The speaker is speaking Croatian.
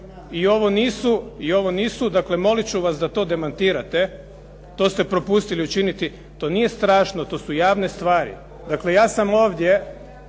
diskrecije, ovo nisu, dakle molit ću vas da to demantirate, to ste propustili učiniti, to nije strašno to su javne stvari. Dakle, ja sam ovdje,